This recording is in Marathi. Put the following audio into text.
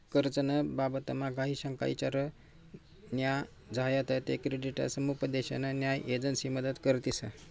कर्ज ना बाबतमा काही शंका ईचार न्या झायात ते क्रेडिट समुपदेशन न्या एजंसी मदत करतीस